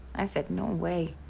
i said no way.